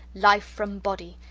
life from body,